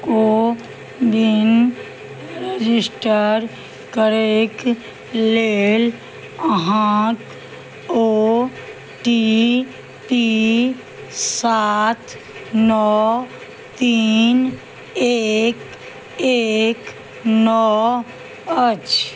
CoWIN register करयके लेल अहाँके ओ टी पी सात नओ तीन एक एक नओ अछि